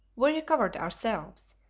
we recovered ourselves,